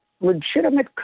legitimate